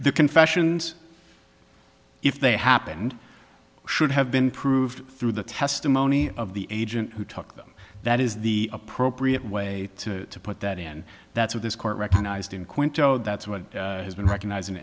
the confessions if they happened should have been proved through the testimony of the agent who took them that is the appropriate way to put that and that's what this court recognized in quinto that's what has been recognized in